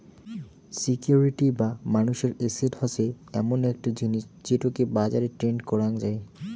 security বা মানুষের asset হসে এমন একটো জিনিস যেটোকে বাজারে ট্রেড করাং যাই